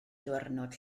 diwrnod